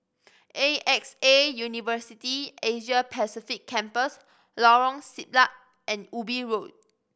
A X A University Asia Pacific Campus Lorong Siglap and Ubi Road